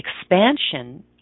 expansion